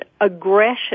aggression